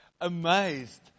amazed